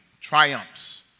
triumphs